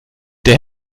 der